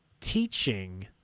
teaching